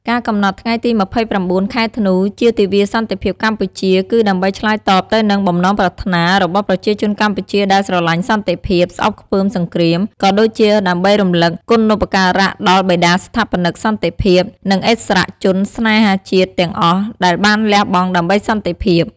ការកំណត់ថ្ងៃទី ២៩ ខែធ្នូ ជាទិវាសន្តិភាពកម្ពុជា គឺដើម្បីឆ្លើយតបទៅនឹងបំណងប្រាថ្នារបស់ប្រជាជនកម្ពុជាដែលស្រឡាញ់សន្តិភាព ស្អប់ខ្ពើមសង្គ្រាម ក៏ដូចជាដើម្បីរំលឹកគុណូបការៈដល់បិតាស្ថាបនិកសន្តិភាព និងឥស្សរជនស្នេហាជាតិ ទាំងអស់ដែលបានលះបង់ដើម្បីសន្តិភាព។